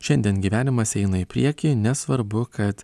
šiandien gyvenimas eina į priekį nesvarbu kad